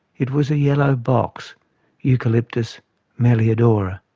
it was a yellow box eucalyptus melliodora,